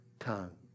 tongue